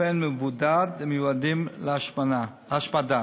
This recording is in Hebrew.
באופן מבודד ומיועדים להשמדה.